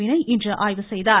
வினைய் இன்று ஆய்வு செய்தார்